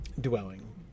dwelling